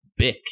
Bix